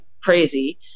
crazy